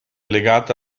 legata